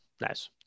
Nice